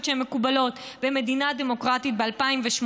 שהן מקובלות במדינה דמוקרטית ב-2018,